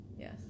Yes